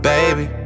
Baby